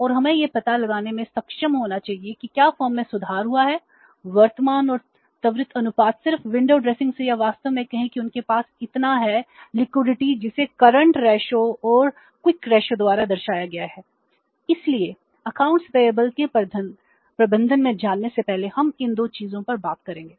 और window dressing के प्रबंधन में जाने से पहले हम इन 2 चीजों पर बात करेंगे